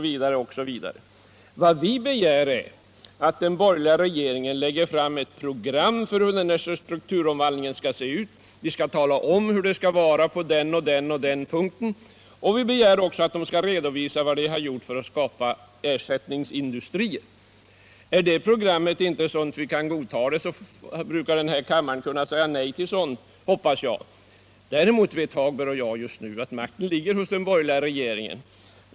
Vad vi begär är att den borgerliga regeringen lägger fram ett program för hur strukturomvandlingen skall se ut. Den skall tala om hur programmet skall vara på den eller den punkten. Vi begär också att regeringen skall redovisa för vad den har gjort för att skapa ersättningsindustrier. Om detta program inte är sådant att vi kan godta det, brukar den här kammaren kunna säga nej — och det hoppas jag den skall kunna göra också i detta fall. Däremot vet herr Hagberg och jag att makten just nu ligger hos den borgerliga regeringen.